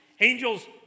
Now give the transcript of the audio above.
Angels